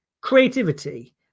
creativity